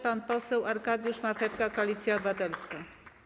Pan poseł Arkadiusz Marchewka, Koalicja Obywatelska.